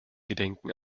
gedenken